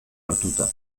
hartuta